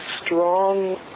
strong